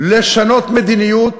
לשנות מדיניות,